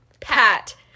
Pat